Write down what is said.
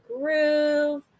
groove